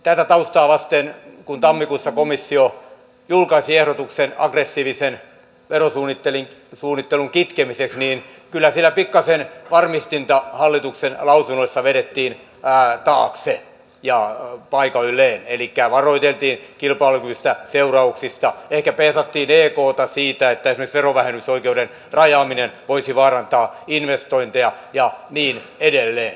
tätä taustaa vasten kun tammikuussa komissio julkaisi ehdotuksen aggressiivisen verosuunnittelun kitkemiseksi kyllä siellä pikkasen varmistinta hallituksen lausunnoissa vedettiin taakse ja paikoilleen elikkä varoiteltiin kilpailukyvystä seurauksista ehkä peesattiin ekta siinä että esimerkiksi verovähennysoikeuden rajaaminen voisi vaarantaa investointeja ja niin edelleen